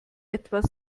etwas